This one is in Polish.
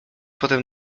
potem